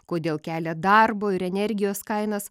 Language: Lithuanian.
kodėl kelia darbo ir energijos kainas